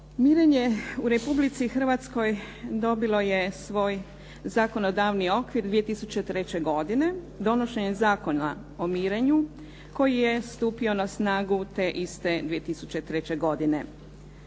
Mirenje u Republici Hrvatskoj dobilo je svoj zakonodavni okvir 2003. godine donošenjem Zakona o mirenju koji je stupio na snagu te iste 2003. godine.